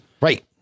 Right